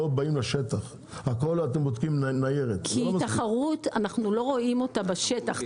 כי תחרות לא רואים בשטח.